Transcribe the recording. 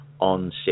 onset